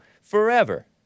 forever